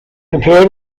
compared